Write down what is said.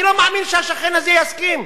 אני לא מאמין שהשכן הזה יסכים,